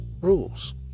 rules